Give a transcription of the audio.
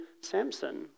Samson